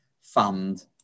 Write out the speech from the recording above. fund